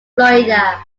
florida